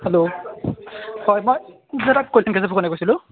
hello হয় মই কৈছিলোঁ